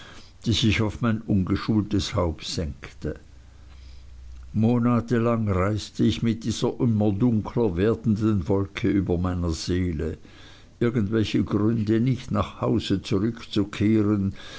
die sich auf mein ungeschultes herz senkte monatelang reiste ich mit dieser immer dunkler werdenden wolke über meiner seele irgendwelche gründe nicht nach hause zurückzukehren